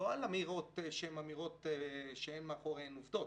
לא על אמירות שאין מאחוריהן עובדות.